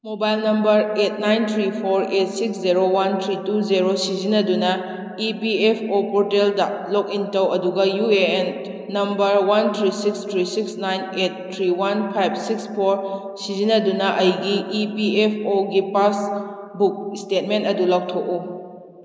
mobile number eight nine three four eight six zero one three two zero ꯁꯤꯖꯤꯟꯅꯗꯨꯅ E P F O ꯄꯣꯔꯇꯦꯜꯗ login ꯇꯧ ꯑꯗꯨꯒ U A N number one three six three six nine eight three one ꯐꯤꯏꯕ six four ꯁꯤꯖꯤꯟꯅꯗꯨꯅ ꯑꯩꯒꯤ E P F ꯑꯣꯒꯤ passbook statement ꯑꯗꯨ ꯂꯧꯊꯣꯛꯎ